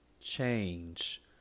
change